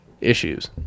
issues